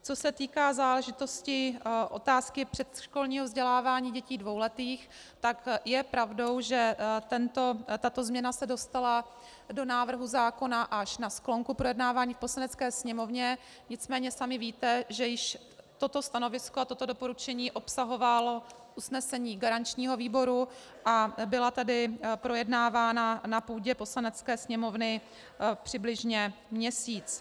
Co se týká záležitosti otázky předškolního vzdělávání dětí dvouletých, je pravdou, že tato změna se dostala do návrhu zákona až na sklonku projednávání v Poslanecké sněmovně, nicméně sami víte, že již toto stanovisko a toto doporučení obsahovalo usnesení garančního výboru a byla tady projednávána na půdě Poslanecké sněmovny přibližně měsíc.